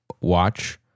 watch